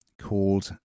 called